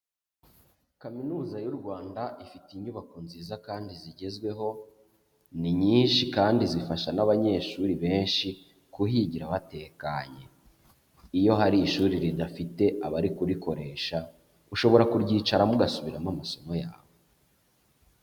Kaminuza y'u Rwanda ifite inyubako nziza kandi zigezweho, ni nyinshi kandi zifasha n'abanyeshuri benshi kuhigira batekanye, iyo hari ishuri ridafite abari kurikoresha ushobora kuryicaramo ugasubiramo amasomo yawe.